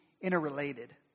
interrelated